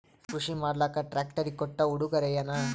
ಕೃಷಿ ಮಾಡಲಾಕ ಟ್ರಾಕ್ಟರಿ ಕೊಟ್ಟ ಉಡುಗೊರೆಯೇನ?